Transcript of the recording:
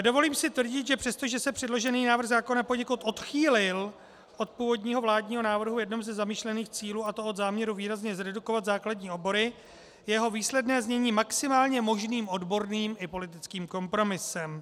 Dovolím si tvrdit, že přestože se předložený návrh zákona poněkud odchýlil od původního vládního návrhu v jednom ze zamýšlených cílů, a to od záměru výrazně zredukovat základní obory, je jeho výsledné znění maximálně možným odborným i politickým kompromisem.